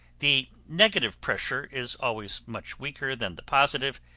the negative pressure is always much weaker than the positive,